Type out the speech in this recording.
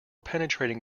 penetrating